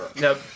Nope